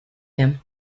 him